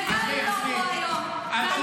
וגם הוא לא פה היום -- עזבי.